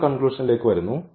നമ്മൾ കൺക്ലൂഷൻലേക്ക് വരുന്നു